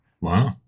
Wow